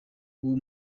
uwo